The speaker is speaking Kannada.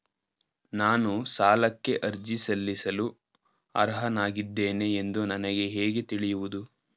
ನಾನು ಸಾಲಕ್ಕೆ ಅರ್ಜಿ ಸಲ್ಲಿಸಲು ಅರ್ಹನಾಗಿದ್ದೇನೆ ಎಂದು ನನಗೆ ಹೇಗೆ ತಿಳಿಯುವುದು?